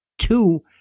Two